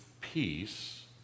peace